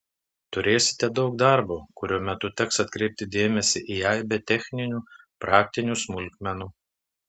turėsite daug darbo kurio metu teks atkreipti dėmesį į aibę techninių praktinių smulkmenų